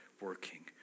working